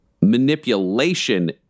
manipulation